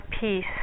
peace